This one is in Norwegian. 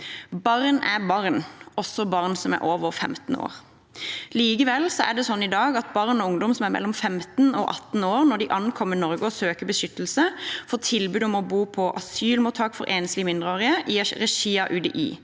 Barn er barn, også barn som er over 15 år. Likevel er det sånn i dag at barn og ungdom som er mellom 15 år og 18 år når de ankommer Norge og søker beskyttelse, får tilbud om å bo på asylmottak for enslige mindreårige i regi av UDI,